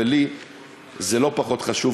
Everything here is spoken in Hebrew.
ולי זה לא פחות חשוב,